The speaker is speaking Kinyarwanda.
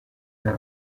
nta